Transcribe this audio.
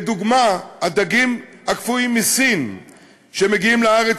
לדוגמה הדגים הקפואים מסין שמגיעים לארץ